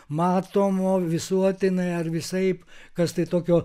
matomo visuotinai ar visaip kas tai tokio